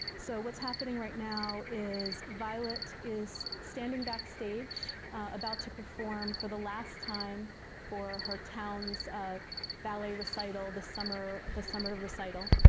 so what's happening right now is violet is standing backstage, about to perform for the last time for her town's um ballet recital, the summer the summer recital.